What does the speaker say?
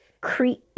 create